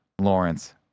Lawrence